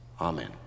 Amen